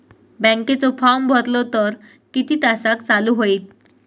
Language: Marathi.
बँकेचो फार्म भरलो तर किती तासाक चालू होईत?